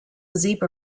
zebra